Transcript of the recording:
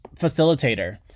facilitator